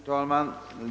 Herr talman!